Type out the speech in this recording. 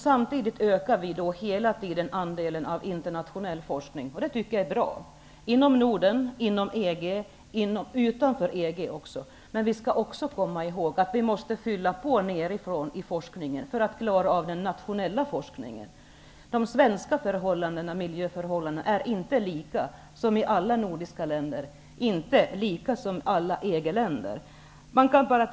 Samtidigt ökar hela tiden andelen internationell forskning -- det tycker jag är bra -- inom Norden, inom EG och utanför EG. Men vi skall komma ihåg att vi måste fylla på nedifrån för att klara av den nationella forskningen. De svenska miljöförhållandena är inte lika med de övriga nordiska ländernas eller EG-ländernas förhållanden.